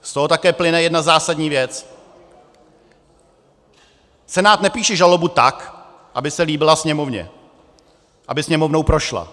Z toho také plyne jedna zásadní věc: Senát nepíše žalobu tak, aby se líbila Sněmovně, aby Sněmovnou prošla.